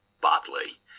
badly